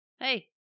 Hey